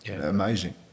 Amazing